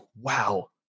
wow